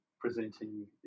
Presenting